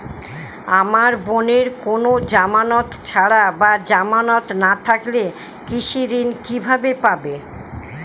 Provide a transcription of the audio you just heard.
আমার বোনের কোন জামানত ছাড়া বা জামানত না থাকলে কৃষি ঋণ কিভাবে পাবে?